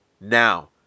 Now